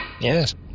Yes